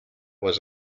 was